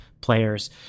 players